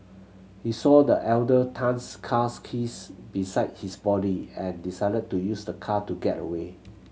he saw the elder Tan's cars keys beside his body and decided to use the car to get away